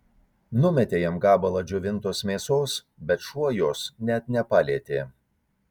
numetė jam gabalą džiovintos mėsos bet šuo jos net nepalietė